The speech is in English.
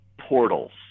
portals